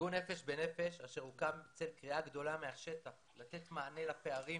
ארגון "נפש בנפש" אשר הוקם בצל קריאה גדולה מהשטח לתת מענה לפערים